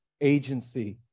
agency